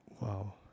Wow